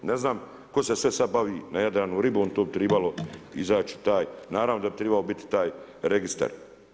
Ne znam tko se sve sad bavi na Jadranu ribom, to bi trebilo izaći taj, naravno da bi trebao biti taj Registar.